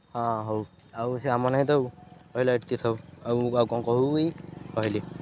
ହଁ ହଉ ଆଉ ସେ ଆମ ନାଇଁ ତ ଆଉ କହିଲା ଏତିକି ଥାଉ ଆଉ କ'ଣ କହିବୁ କି ରହିଲି